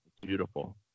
beautiful